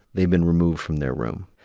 they've been removed from their room.